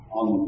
on